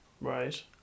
Right